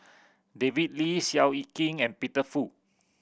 David Lee Seow Yit Kin and Peter Fu